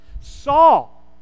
Saul